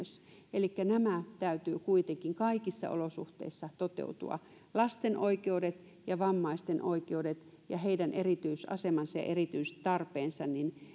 elikkä näiden täytyy kuitenkin kaikissa olosuhteissa toteutua lasten oikeuksien ja vammaisten oikeuksien ja heidän erityisasemansa ja erityistarpeensa